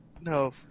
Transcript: no